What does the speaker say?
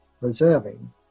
preserving